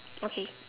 okay